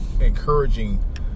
encouraging